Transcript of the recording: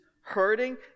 hurting